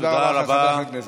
תודה רבה לך, חבר הכנסת.